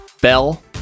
Bell